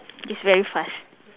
it's very fast